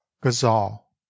ghazal